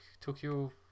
Tokyo